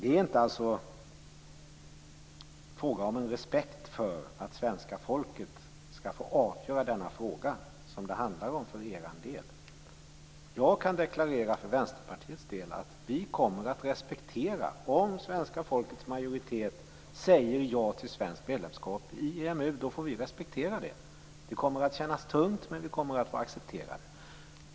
För er del handlar det inte om att ha respekt för att svenska folket skall få avgöra denna fråga. Jag kan deklarera för Vänsterpartiets del att vi kommer att respektera om en majoritet av svenska folket säger ja till svenskt medlemskap i EMU. Då får vi respektera det. Det kommer att kännas tungt, men vi accepterar det.